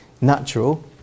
natural